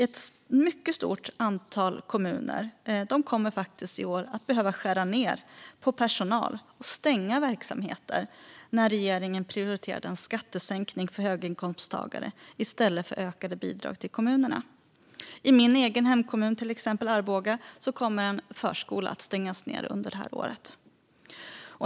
Ett mycket stort antal kommuner kommer i år att behöva skära ned på personal och stänga verksamheter, eftersom regeringen prioriterade en skattesänkning till höginkomsttagare i stället för ökade bidrag till kommunerna. Till exempel i min egen hemkommun Arboga kommer en förskola att stängas under det här året.